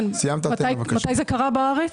מתי זה קרה בארץ?